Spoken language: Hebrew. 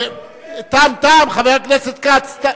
עם ישראל, תם, תם, חבר הכנסת כץ.